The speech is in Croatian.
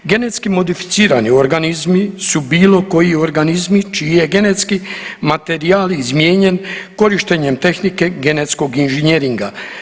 Genetski modificirani organizmi su bilo koji organizmi čiji je genetski materijal izmijenjen korištenjem tehnike genetskog inženjeringa.